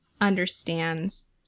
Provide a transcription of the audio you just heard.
understands